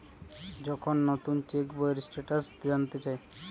যখন নুতন চেক বইয়ের স্টেটাস জানতে চায়